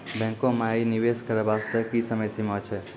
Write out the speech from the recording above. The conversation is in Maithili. बैंको माई निवेश करे बास्ते की समय सीमा छै?